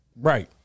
Right